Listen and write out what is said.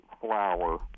flower